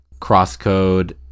crosscode